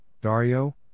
Dario